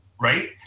right